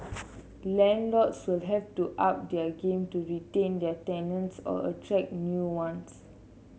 landlords will have to up their game to retain their tenants or attract new ones